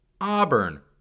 Auburn